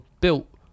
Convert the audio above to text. built